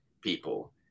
people